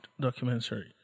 documentary